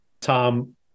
Tom